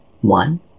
One